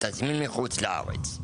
תזמין מחוץ לארץ.